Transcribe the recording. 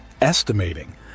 estimating